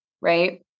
right